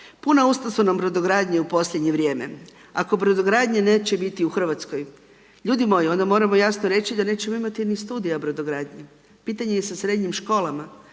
Puna usta su nam brodogradnje u posljednje vrijeme. Ako brodogradnje neće biti u Hrvatskoj, ljudi moji onda moramo jasno reći da nećemo imati niti studija brodogradnje. Pitanje je i sa srednjim školama,